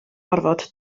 orfod